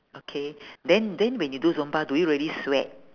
okay then then when you do zumba do you really sweat